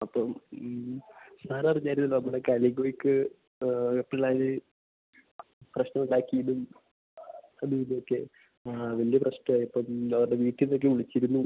അപ്പം മ് സാറ് അറിഞ്ഞായിരുന്നല്ലോ നമ്മുടെ കലിങ്കുയിക്ക് ഓരോ പിള്ളേർ പ്രശ്നം ഉണ്ടാക്കിയതും അതും ഇതും ഒക്കെ ആ വലിയ പ്രശ്നമായി അപ്പം അവരുടെ വീട്ടിൽനിന്നൊക്കെ വിളിച്ചിരുന്നു